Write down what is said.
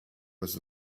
was